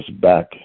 back